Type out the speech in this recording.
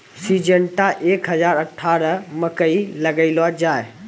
Syngenta एक हजार अठारह मकई लगैलो जाय?